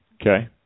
Okay